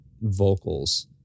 vocals